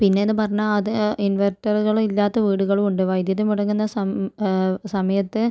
പിന്നെ എന്ന് പറഞ്ഞാൽ അത് ഇൻവെർട്ടറുകൽ ഇല്ലാത്ത വീടുകളുമുണ്ട് വൈദ്യുതി മുടങ്ങുന്ന സം സമയത്ത്